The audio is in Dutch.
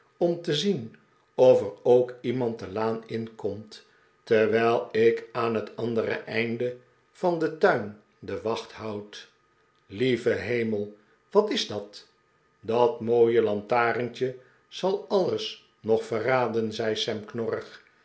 om te zien of er ook iemand de laan inkomt terwijl ik aan het andere einde van den tuin de wacht houd lieve hemel wat is dat dat mooie lantarentje zal alles nog verraden zei